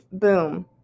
Boom